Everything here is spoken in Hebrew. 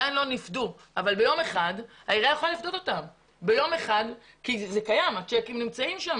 ועדיין לא נפדו אבל ביום אחד העירייה יכולה לפדות אותם כי הצ'קים אצלה.